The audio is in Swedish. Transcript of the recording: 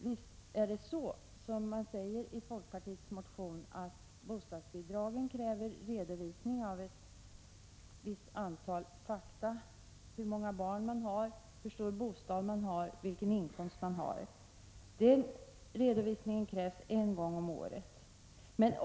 Visst är det så, som folkpartiet säger i sin motion, att bostadsbidragen kräver redovisning en gång om året av ett antal fakta, nämligen hur många barn man hur, hur stor bostad man har och vilken inkomst man har.